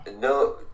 No